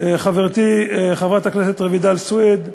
חברתי חברת הכנסת רויטל סויד,